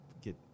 get